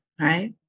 right